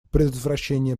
предотвращение